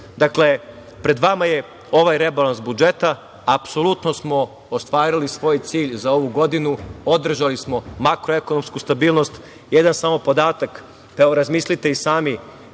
pred vama je ovaj rebalans budžeta. Apsolutno smo ostvarili svoj cilj za ovu godinu, održali smo makroekonomsku stabilnost. Jedan samo podatak, razmislite i sami,